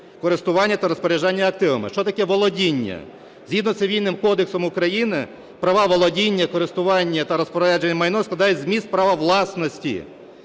користування та розпорядження активами". Що таке "володіння"? Згідно з Цивільним кодексом України права володіння, користування та розпорядження майном складають зміст права власності